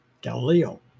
Galileo